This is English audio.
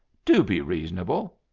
do be reasonable.